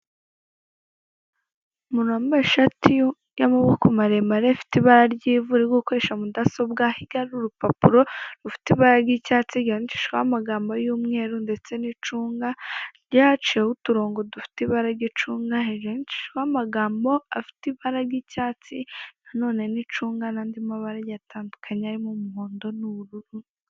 Umuntu wambaye ishati yu y'amaboko maremare ifite ibara ry'ivu uri gukoresha mudasobwa hirya n'urupapuro rufite ibara ry'icyatsi ryandikishijweho amagambo y'umweru ndetse n'icunga, hirya haciyeho uturongo dufite ibara ry'icunga, handikishijwe amagambo afite ibara ry'icyatsi nanone n'icunga n'andi mabara agiye atandukanye arimo umuhondo n'ubururu.